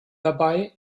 dabei